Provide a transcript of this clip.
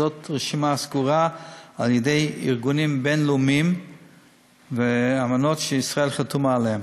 זאת רשימה סגורה על-ידי ארגונים בין-לאומיים ואמנות שישראל חתומה עליהן.